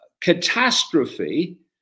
catastrophe